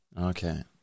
okay